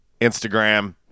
Instagram